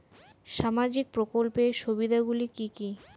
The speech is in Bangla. সামাজিক প্রকল্পের সুবিধাগুলি কি কি?